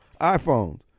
iPhones